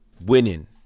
winning